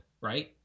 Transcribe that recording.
right